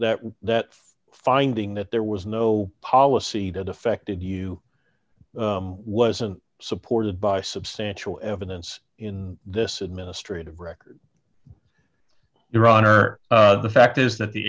that that finding that there was no policy that affected you wasn't supported by substantial evidence in this administrative record your honor the fact is that the